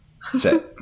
set